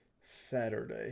Saturday